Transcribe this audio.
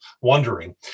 wondering